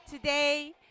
Today